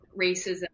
racism